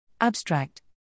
Abstract